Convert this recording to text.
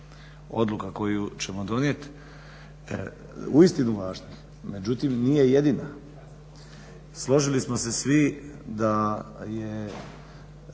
odluka koju ćemo donijeti, uistinu važnih, međutim nije jedina. Složili smo se svi da je